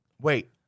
Wait